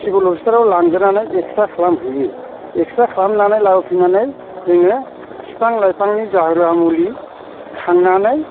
civil हस्पिटालाव लांगोरनानै x-ray खालामहैयो एकस्रे खालामखांनानै लाबोफिननानै जोङो बिफां लाइफांनि जारुवा मुलि खांनानै